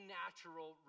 natural